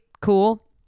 cool